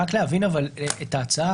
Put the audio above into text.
רק להבין את ההצעה.